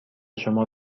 شما